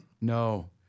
No